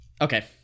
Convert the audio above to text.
Okay